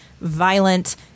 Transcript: violent